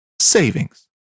savings